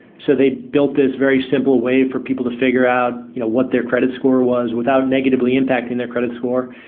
so they built this very simple way for people to figure out you know what their credit score was without negatively impacting their credit score,